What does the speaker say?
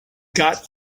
got